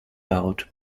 out